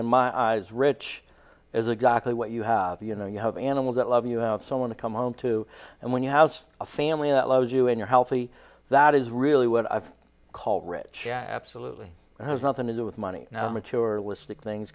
then my eyes rich is exactly what you have you know you have animals that love you have someone to come home to and when you has a family that loves you and you're healthy that is really what i call rich absolutely has nothing to do with money now materialistic things